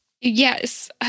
yes